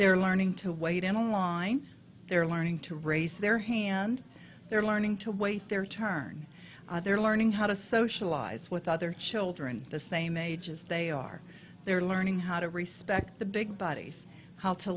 they're learning to wait in line they're learning to raise their hand they're learning to waste their turn they're learning how to socialize with other children the same age as they are they're learning how to respect the big bodies how to